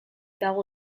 dago